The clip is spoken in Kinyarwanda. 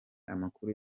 amakuru